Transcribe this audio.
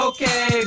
Okay